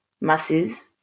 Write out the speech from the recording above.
masses